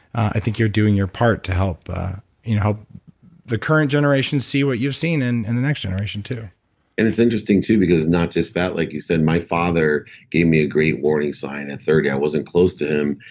i think you're doing your part to help ah help the current generation see what you've seen, and and the next generation too it's interesting too, because it's not just fat, like you said. my father gave me a great warning sign at thirty. i wasn't close to him,